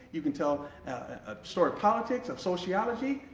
you can tell a story of politics, of sociology,